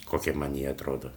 kokia man ji atrodo